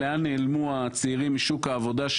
לאן נעלמו הצעירים משוק העבודה.